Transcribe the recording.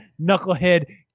Knucklehead